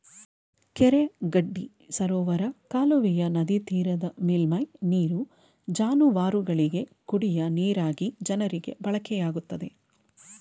ಕೆರೆ ಗಡ್ಡಿ ಸರೋವರ ಕಾಲುವೆಯ ನದಿತೀರದ ಮೇಲ್ಮೈ ನೀರು ಜಾನುವಾರುಗಳಿಗೆ, ಕುಡಿಯ ನೀರಾಗಿ ಜನರಿಗೆ ಬಳಕೆಯಾಗುತ್ತದೆ